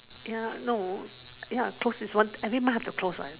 ya no ya close is one I mean might have to close what